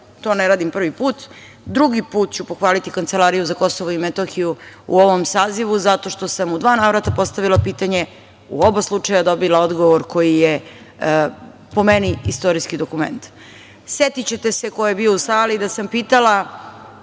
to ne radim prvi put, drugi put ću pohvaliti Kancelariju za Kosovo i Metohiju u ovom sazivu zato što sam u dva navrata postavila pitanje i u oba slučaja dobila odgovor koji je po meni istorijski dokument. Setićete se ko je bio u sali da sam pitala